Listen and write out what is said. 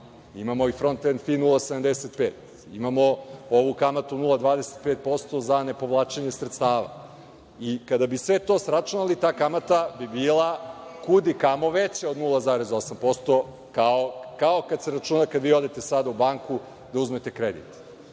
Imamo i front-end fee 0,85. Imamo i ovu kamatu 0,25% za nepovlačenje sredstava. Kada bi sve to sračunali, ta kamata bi bila kud i kamo veća 0,8%, kao kad se računa kada vi odete sada u banku da uzmete kredit.